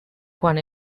quan